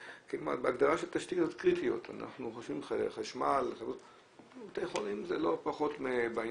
יש גם את הבעייתיות והמורכבות שיש לבתי החולים שהם לא יכולים להיות משהו